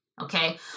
okay